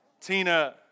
Tina